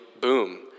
Boom